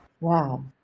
Wow